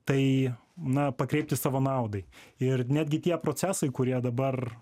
tai na pakreipti savo naudai ir netgi tie procesai kurie dabar